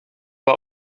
war